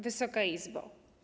Wysoka Izbo!